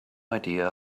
idea